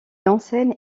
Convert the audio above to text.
enseigne